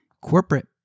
Corporate